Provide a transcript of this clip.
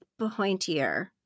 pointier